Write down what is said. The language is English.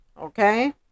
okay